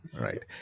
Right